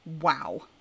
wow